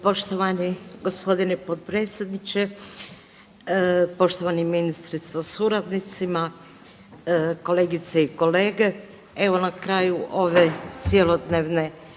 poštovani gospodine potpredsjedniče, poštovani ministre sa suradnicima, kolegice i kolege, evo na kraju ove cjelodnevne